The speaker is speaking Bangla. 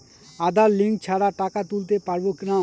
আধার লিঙ্ক ছাড়া টাকা তুলতে পারব না?